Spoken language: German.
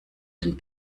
den